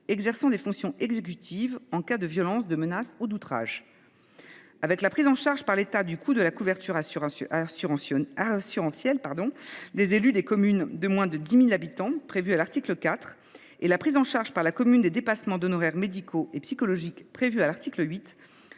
exerçant des fonctions exécutives, en cas de violences, de menaces ou d’outrages. Avec la prise en charge par l’État du coût de la couverture assurantielle des élus des communes de moins de 10 000 habitants, prévue à l’article 4, et la prise en charge par la commune des dépassements d’honoraires en matière de soins médicaux et d’assistance psychologique, prévue à l’article 8,